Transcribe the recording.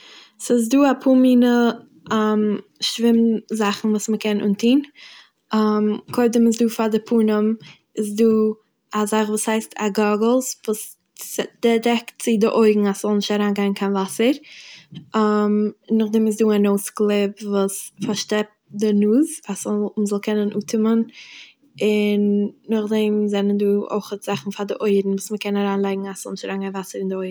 ס'איז דא אפאר מינע שווים זאכן וואס מ'קען אנטוהן, קודם איז דא פאר די פנים איז דא א זאך וואס הייסט א גאגעלס וואס ס'דע- דעקט צו די אויגן אז ס'זאל נישט אריינגיין קיין וואסער, נאכדעם איז דא א נאוז קליפ וואס פארשטעפט די נאז אז מ'זאל קענען אטעמען, און נאכדעם זענען דא אויך זאכן פאר די אויערן וואס מ'קען אריינלייגן אז ס'זאל נישט אריינגיין וואסער אין די אויערן.